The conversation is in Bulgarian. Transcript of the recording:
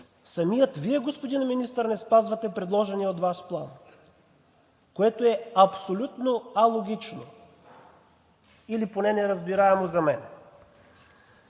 Самият Вие, господин Министър, не спазвате предложения от Вас План, което е абсолютно алогично или поне неразбираемо за мен.